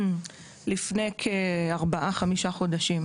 לפני כ-4-5 חודשים.